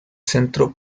centro